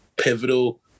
pivotal